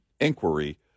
Inquiry